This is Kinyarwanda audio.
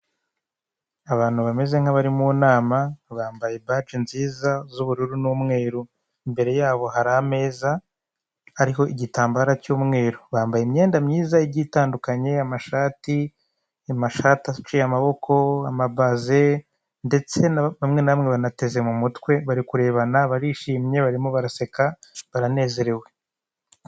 Abantu bameze nk'abari mu nama bambaye baje nziza z'uburuiru n'umweru, imbere yabo hari ameza hariho igitambaro cy'umweru, bambaye imyenda myiza igiye itandukanye, amashati, amashati aciye amaboko, amabaze, ndetse bamwe na bamwe banateze mu mutwe, bari kurebana, barishimye, barimo baraseka, baranezerewe.